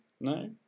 No